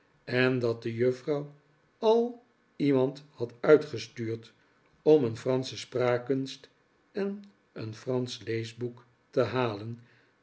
en dat de juffrouw al iemand had uitgestuurd om een fransche spraakkunst en een fransch leesboek te halen